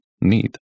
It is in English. need